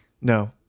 No